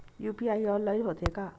UPI online होथे का?